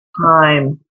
time